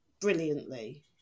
brilliantly